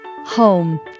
home